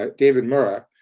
ah david mura,